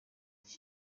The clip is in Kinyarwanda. iki